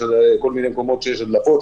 יש כל מיני מקומות שיש בהם הדלפות,